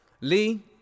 lee